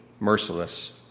Merciless